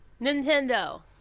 Nintendo